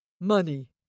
money